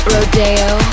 Rodeo